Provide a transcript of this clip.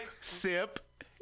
Sip